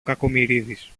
κακομοιρίδης